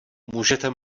můžete